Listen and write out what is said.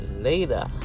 later